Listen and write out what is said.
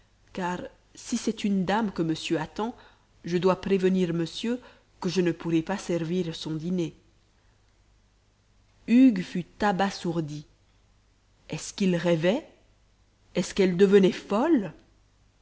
car si c'est une dame que monsieur attend je dois prévenir monsieur que je ne pourrai pas servir son dîner hugues fut abasourdi est-ce qu'il rêvait est-ce qu'elle devenait folle